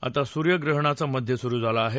आता सुर्य ग्रहणाचा मध्य सुरू झाला आहे